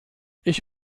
ich